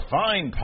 fine